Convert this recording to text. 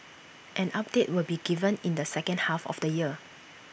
an update will be given in the second half of the year